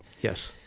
Yes